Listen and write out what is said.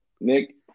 Nick